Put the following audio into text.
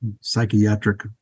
psychiatric